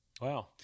Wow